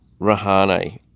Rahane